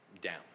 down